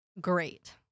great